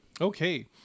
Okay